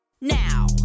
now